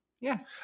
Yes